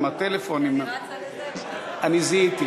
עם הטלפון, אני זיהיתי.